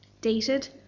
dated